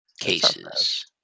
cases